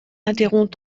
interrompt